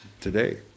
today